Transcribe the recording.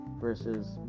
versus